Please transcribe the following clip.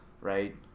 right